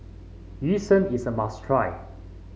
Yu Sheng is a must try